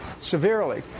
severely